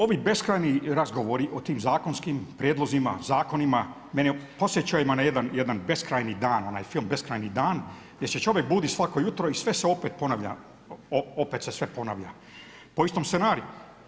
Ovi beskrajni razgovori o tim zakonskim prijedlozima, zakonima mene podsjećaju na jedan beskrajni dan, onaj film „Beskrajni dan“ gdje se čovjek budi svako jutro i sve se opet ponavlja, opet se sve ponavlja po istom scenariju.